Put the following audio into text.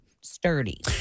sturdy